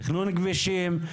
לתכנון כבישים,